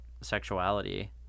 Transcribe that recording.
sexuality